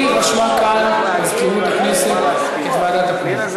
לי רשמה כאן מזכירות הכנסת את ועדת הפנים.